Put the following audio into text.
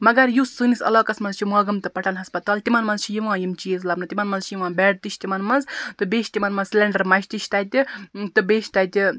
مَگَر یُس سٲنِس عَلاقَس مَنٛز چھُ ماگَم تہٕ پَٹَن ہَسپَتال تِمن مَنٛز چھِ یِوان یِم چیٖز لَبنہٕ تِمَن مَنٛز چھِ یِوان بیٚڈ تہِ چھِ تِمَن مَنٛز تہٕ بیٚیہِ چھِ تِمَن مَنٛز سِلیٚنڈَر مَچہِ تہِ چھِ تَتہِ تہٕ بیٚیہِ چھ تَتہِ